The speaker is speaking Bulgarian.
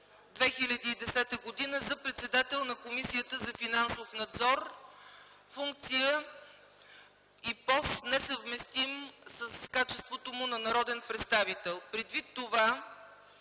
2010 г. за председател на Комисията за финансов надзор – функция и пост, несъвместими с качеството му на народен представител. Предвид това,